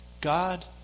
God